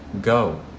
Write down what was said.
Go